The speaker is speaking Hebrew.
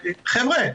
חבר'ה,